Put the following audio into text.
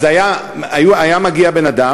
אז היה מגיע בן-אדם,